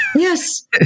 Yes